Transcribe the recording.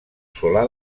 solà